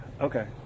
Okay